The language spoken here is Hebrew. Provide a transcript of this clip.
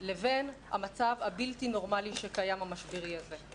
לבין המצב הבלתי נורמלי והמשברי הזה שקיים.